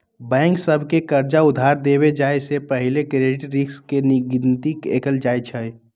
bank सभ के कर्जा उधार देबे जाय से पहिले क्रेडिट रिस्क के गिनति कएल जाइ छइ